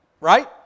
Right